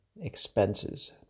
expenses